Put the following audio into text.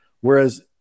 whereas